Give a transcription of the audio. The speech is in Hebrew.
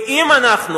ואם אנחנו,